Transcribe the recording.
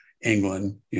England